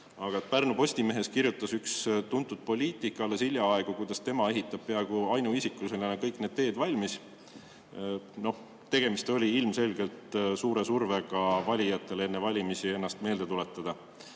Pärnu Postimehes kirjutas üks tuntud poliitik alles hiljaaegu, kuidas tema ehitab peaaegu ainuisikuliselt kõik need teed valmis. No tegemist oli ilmselgelt suure [sooviga] valijatele enne valimisi ennast meelde tuletada.